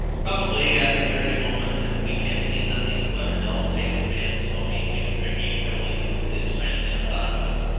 probably at the very moment that we can see nothing but a dull-faced man smoking and drinking heavily with his friend in a pot-house,